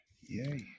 Yay